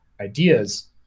ideas